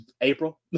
april